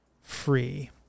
free